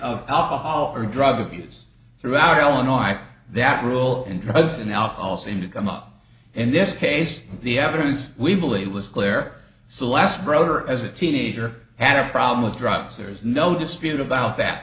of alcohol or drug abuse through our illinois that rule and drugs and alcohol seem to come up in this case the evidence we believe was clear so last broder as a teenager had a problem with drugs there's no dispute about that